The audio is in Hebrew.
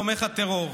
תומך הטרור.